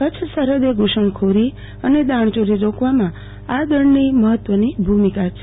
કચ્છ સરહદે ધુ ષણખોરી અને દાણચોરી રોકવામાં આ દળની મહત્વની ભુમિકા રહી છે